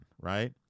right